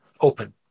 open